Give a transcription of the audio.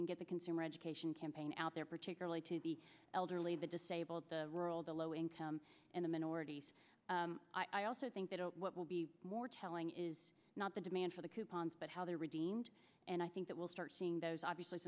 can get the consumer education campaign out there particularly to the elderly the disabled the rural the low income and the minorities i also think that will be more telling is not the demand for the coupons but how they are redeemed and i think that we'll start seeing those obviously